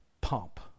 pump